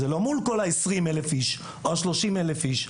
זה לא מול כל העשרים אלף איש או השלושים אלף איש.